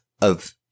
of-